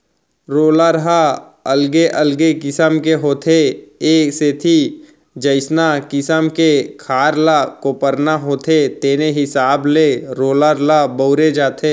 roller ह अलगे अलगे किसम के होथे ए सेती जइसना किसम के खार ल कोपरना होथे तेने हिसाब के रोलर ल बउरे जाथे